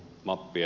matti